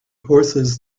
horses